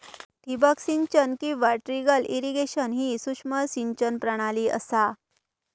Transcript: ठिबक सिंचन किंवा ट्रिकल इरिगेशन ही सूक्ष्म सिंचन प्रणाली असा